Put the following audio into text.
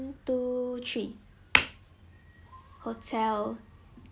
two three hotel